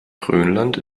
grönland